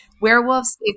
werewolves